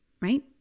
Right